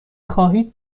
خواهید